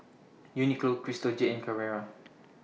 Uniqlo Crystal Jade and Carrera